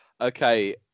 Okay